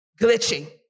Glitching